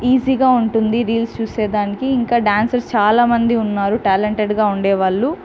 ఈజీగా ఉంటుంది రీల్స్ చూసేదానికి ఇంకా డ్యాన్సర్స్ చాలామంది ఉన్నారు టాలెంటెడ్గా ఉండేవాళ్ళు